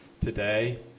today